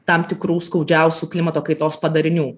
tam tikrų skaudžiausių klimato kaitos padarinių